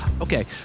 Okay